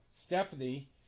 Stephanie